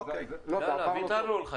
יאללה, ויתרנו לך.